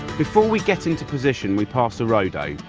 before we get into position we pass a roe doe.